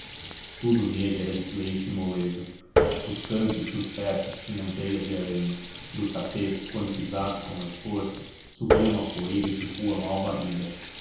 tudo nele era desleixo e moleza os cantos dos tetos tinham teias de aranha dos tapetes quando pisados com mais força subia uma poeira de rua mal varrida